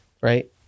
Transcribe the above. right